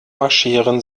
marschieren